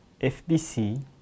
FBC